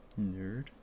Nerd